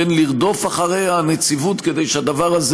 בין לרדוף אחרי הנציבות כדי שהדבר הזה